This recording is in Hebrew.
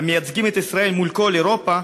המייצגים את ישראל מול כל אירופה,